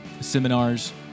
seminars